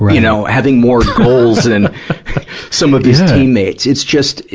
you know, having more goals than some of his teammates. it's just,